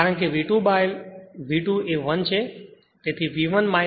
કારણ કે V2 V2 V2 by V2 તે 1 છે